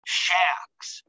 shacks